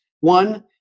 one